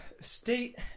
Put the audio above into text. state